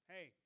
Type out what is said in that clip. Hey